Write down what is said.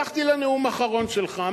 הלכתי לנאום האחרון שלך.